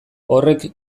horrek